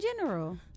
general